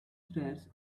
stairs